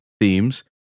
themes